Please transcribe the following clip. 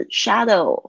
shadow